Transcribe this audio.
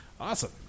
Awesome